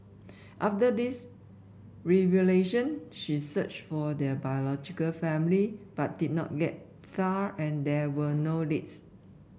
after theserevelation she searched for her biological family but did not get far and there were no leads